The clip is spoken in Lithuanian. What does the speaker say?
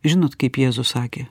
žinot kaip jėzus sakė